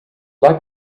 like